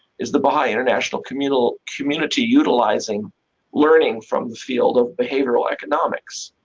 is the baha'i international community community utilizing learning from the field of behavioral economics?